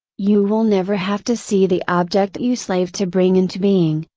you will never have to see the object you slaved to bring into being,